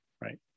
right